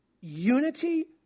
unity